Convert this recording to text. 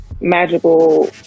magical